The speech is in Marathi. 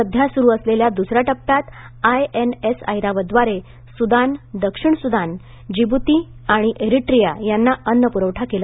सध्या सुरू असलेल्या दुसऱ्या टप्प्यात आयएनएस ऐरावतद्वारे सुदान दक्षिण सुदान जिबूती आणि एरिट्रिया यांना अन्न पुरवठा केला जाईल